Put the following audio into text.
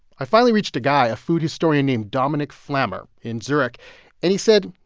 i finally reached a guy, a food historian named dominik flammer, in zurich and he said,